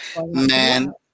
man